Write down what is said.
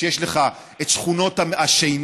שיש לך את שכונות השינה,